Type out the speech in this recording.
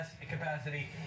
capacity